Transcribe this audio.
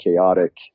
chaotic